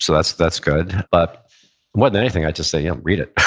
so that's that's good. but more than anything i'd just say, um read it